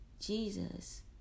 Jesus